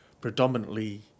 predominantly